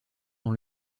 dans